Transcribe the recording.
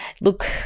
look